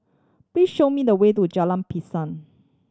please show me the way to Jalan Pisang